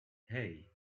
hey